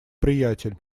приятель